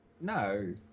No